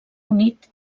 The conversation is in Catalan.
unit